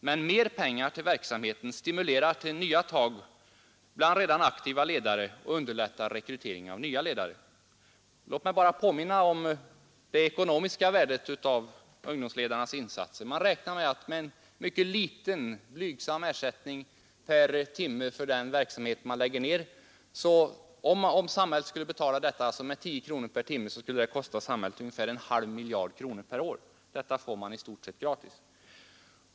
Men mer pengar till verksamheten stimulerar till nya tag bland redan aktiva ledare och underlättar rekryteringen av nya ledare. Låt mig bara påminna om det ekonomiska värdet av ungdomsledarnas insatser. Man räknar med att om samhället skulle betala den mycket blygsamma ersättningen av 10 kronor per timme för det arbete de lägger ned så skulle det kosta ungefär en halv miljard kronor per år. Detta får man i stort sett gratis.